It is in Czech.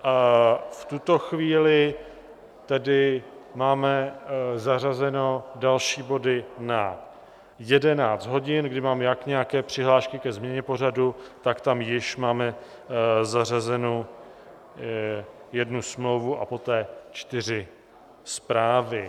V tuto chvíli máme zařazeny další body na 11 hodin, kdy mám také nějaké přihlášky ke změně pořadu, tak tam již máme zařazenu jednu smlouvu a poté čtyři zprávy.